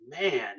Man